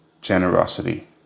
generosity